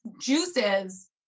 juices